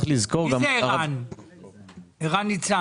מי זה ערן ניצן?